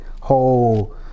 whole